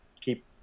keep